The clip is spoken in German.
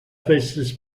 festes